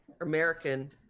American